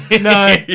No